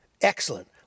Excellent